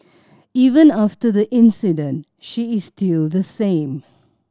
even after the incident she is still the same